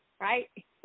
Right